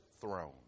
throne